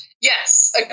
Yes